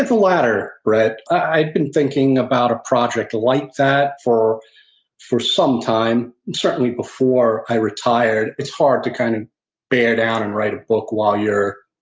the later, brett. i'd been thinking about a project like that for for some time, certainly before i retired. it's hard to kind of bear down and write a book while you're